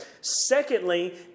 Secondly